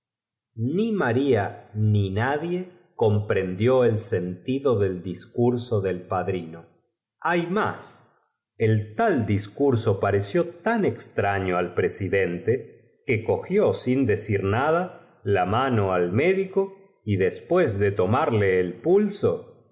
ni llat'ia ni nadie comprendió el senticascanueces es tu sobrino el joven dros do del discurso del padrino hay más el biblioteca nacional de españa al discurso pareció tan extraño al presi terrible aparición que al día siguiente dente que cogió sin decir nada la mano despertó pálida y con el corazón encogí al médico y después de tomarle el pulso